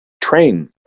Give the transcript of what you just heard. train